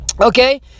Okay